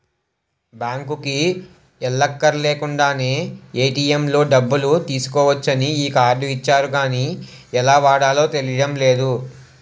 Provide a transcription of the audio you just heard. బాంకుకి ఎల్లక్కర్లేకుండానే ఏ.టి.ఎం లో డబ్బులు తీసుకోవచ్చని ఈ కార్డు ఇచ్చారు గానీ ఎలా వాడాలో తెలియడం లేదు